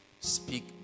speak